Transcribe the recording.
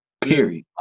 Period